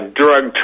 drug